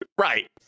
Right